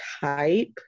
type